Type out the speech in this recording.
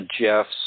Jeff's